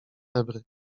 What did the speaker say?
febry